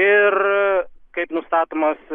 ir kaip nustatomas